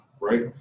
right